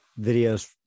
videos